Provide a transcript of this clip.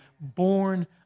born